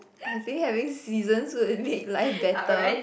I think having seasons will make life better